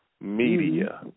Media